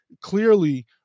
clearly